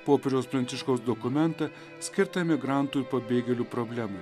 popiežiaus pranciškaus dokumentą skirtą migrantų ir pabėgėlių problemai